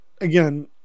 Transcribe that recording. again